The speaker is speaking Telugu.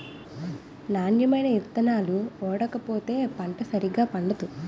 నాణ్యమైన ఇత్తనాలు ఓడకపోతే పంట సరిగా పండదు